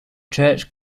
church